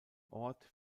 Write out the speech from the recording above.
ort